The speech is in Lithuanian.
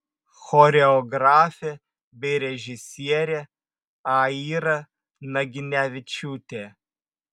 choreografė bei režisierė aira naginevičiūtė